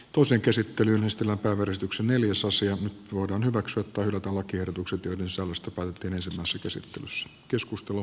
toisen käsittelyn estellä porrastuksen eli jos nyt voidaan hyväksyä tai hylätä lakiehdotukset joiden sisällöstä päätettiin ensimmäisessä käsittelyssä